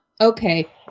Okay